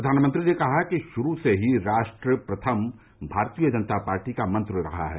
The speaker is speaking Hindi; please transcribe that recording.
प्रधानमंत्री ने कहा कि शुरू से ही राष्ट्र प्रथम भारतीय जनता पार्टी का मंत्र रहा है